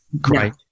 Great